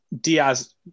Diaz